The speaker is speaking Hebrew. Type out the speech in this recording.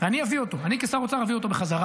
ואני אביא אותו, אני כשר אוצר אביא אותו בחזרה.